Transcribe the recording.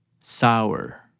sour